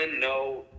No